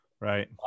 right